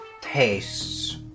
tastes